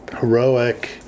heroic